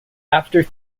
after